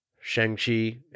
Shang-Chi